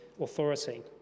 authority